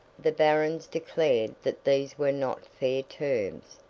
the barons declared that these were not fair terms,